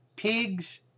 Pigs